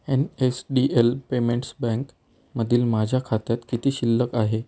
N S D L payments bank मधील माझ्या खात्यात किती शिल्लक आहे